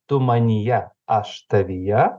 tu manyje aš tavyje